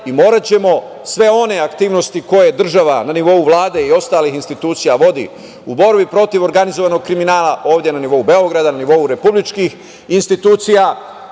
i moraćemo sve one aktivnosti koje država na nivou Vlade i ostalih institucija vodi u borbi protiv organizovanog kriminala, ovde na nivou Beograda, na nivou republičkih institucija. Ponavljam,